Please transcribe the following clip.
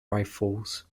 rifles